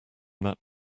that